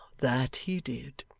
that he did.